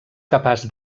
capaç